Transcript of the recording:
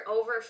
over